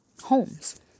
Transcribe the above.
homes